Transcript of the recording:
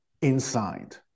inside